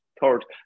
third